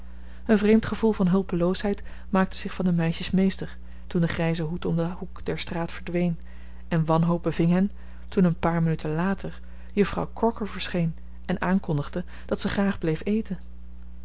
een vreemd gevoel van hulpeloosheid maakte zich van de meisjes meester toen de grijze hoed om den hoek der straat verdween en wanhoop beving hen toen een paar minuten later juffrouw crocker verscheen en aankondigde dat ze graag bleef eten